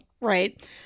Right